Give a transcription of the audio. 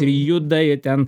ir juda jie ten